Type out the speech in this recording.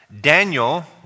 Daniel